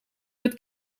met